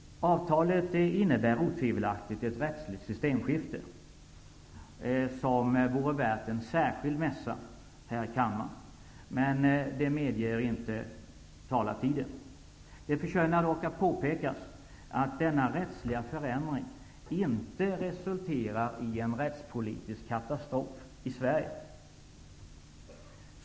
Detta avtal innebär otvivelaktigt ett rättsligt systemskifte, som vore värt en särskild mässa här i kammaren, men detta medger inte taletiden. Det förtjänar dock att påpekas att denna rättsliga förändring inte resulterar i en rättspolitisk katastrof i Sverige.